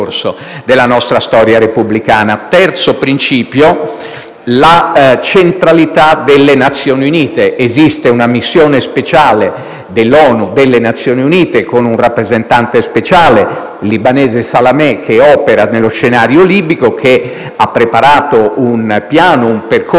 terzo principio è quello della centralità delle Nazioni Unite. Esiste una missione speciale dell'ONU, con un rappresentante speciale, il libanese Salamé, che opera nello scenario libico e che ha preparato un piano, un percorso